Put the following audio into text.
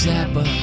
Zappa